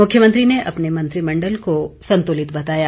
मुख्यमंत्री ने अपने मंत्रिमंडल को संतुलित बताया